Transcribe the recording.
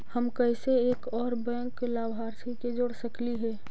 हम कैसे एक और बैंक लाभार्थी के जोड़ सकली हे?